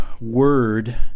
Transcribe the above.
word